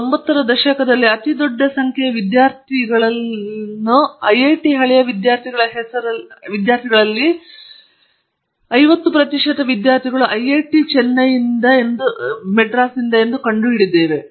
90 ರ ದಶಕದಲ್ಲಿ ನಾವು ಅತಿದೊಡ್ಡ ಸಂಖ್ಯೆಯ ವಿದ್ಯಾರ್ಥಿಗಳನ್ನು ಐಐಟಿ ಹಳೆಯ ವಿದ್ಯಾರ್ಥಿಗಳ ಹೆಸರುಗಳು ಸುಮಾರು 50 ಪ್ರತಿಶತ ಹೊಂದಿವೆ ಎಂದು ಕಂಡುಹಿಡಿದ್ದೇವೆ